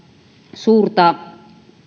suurta